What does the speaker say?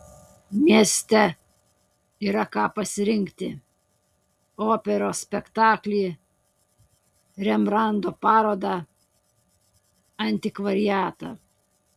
mieste yra ką pasirinkti operos spektaklį rembrandto parodą antikvariatą